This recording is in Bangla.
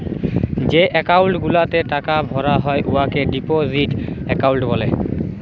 যে একাউল্ট গুলাতে টাকা ভরা হ্যয় উয়াকে ডিপজিট একাউল্ট ব্যলে